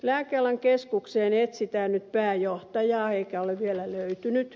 lääkealan keskukseen etsitään nyt pääjohtajaa eikä ole vielä löytynyt